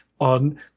on